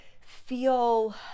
feel